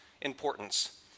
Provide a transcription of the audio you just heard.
importance